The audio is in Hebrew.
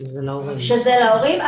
שזה להורים,